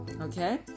Okay